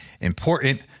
important